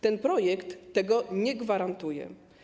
Ten projekt tego nie gwarantuje.